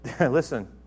listen